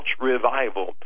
revival